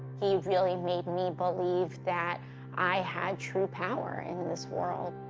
he really made me believe that i had true power in this world.